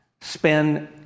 spend